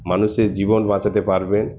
মানুষের জীবন বাঁচাতে পারবে